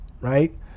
right